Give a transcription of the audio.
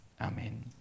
Amen